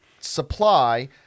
supply